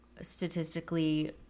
statistically